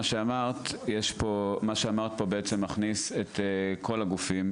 שמה שאמרת פה בעצם מכניס את כל הגופים,